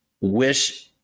wish